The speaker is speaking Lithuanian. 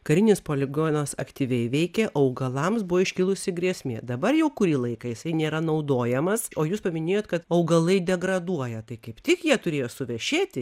karinis poligonas aktyviai veikė augalams buvo iškilusi grėsmė dabar jau kurį laiką jisai nėra naudojamas o jūs paminėjot kad augalai degraduoja tai kaip tik jie turėjo suvešėti